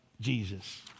Jesus